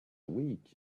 week